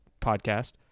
podcast